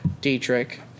Dietrich